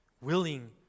willing